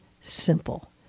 simple